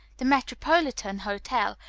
the metropolitan hotel,